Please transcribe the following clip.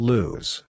Lose